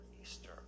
Easter